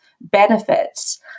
benefits